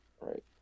right